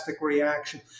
reaction